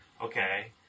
okay